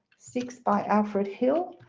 six by alfred hill.